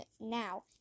now